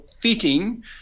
fitting